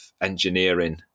engineering